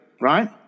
right